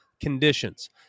conditions